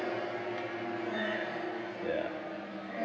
ya